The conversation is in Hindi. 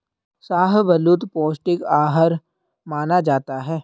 शाहबलूत पौस्टिक आहार माना जाता है